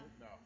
No